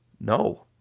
No